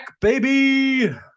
baby